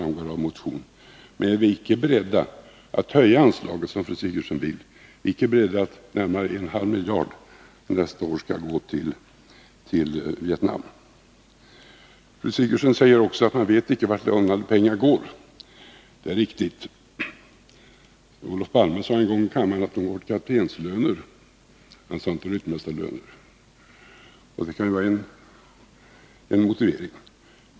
Men vi äricke beredda att höja anslaget som fru Sigurdsen vill. Vi är icke beredda att låta närmare en halv miljard gå till Vietnam nästa år. Fru Sigurdsen säger att man inte vet vart lånade pengar går. Det är riktigt. Olof Palme sade en gång i kammaren att de går till kaptenslöner — han sade inte ryttmästarlöner! Det kan ju vara en motivering.